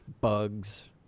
bugs